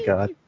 God